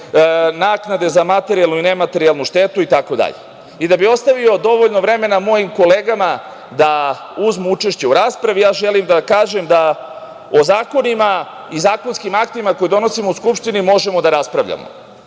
naknade za materijalnu i nematerijalnu štetu i tako dalje. Da bih ostavio dovoljno vremena mojim kolegama da uzmu učešće u raspravi ja želim da kažem da o zakonima i zakonskim aktima koje donosimo u Skupštini možemo da raspravljamo.